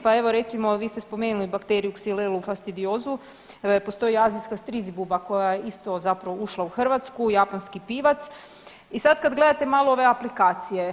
Pa evo recimo svi ste spomenuli bakteriju ksilelu fastidiozu postoji azijska strizibuba koja je isto zapravo ušla u Hrvatsku, japanski pivac i sad kad gledate malo ove aplikacije.